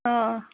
آ